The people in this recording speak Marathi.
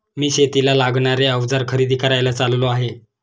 मी शेतीला लागणारे अवजार खरेदी करायला चाललो आहे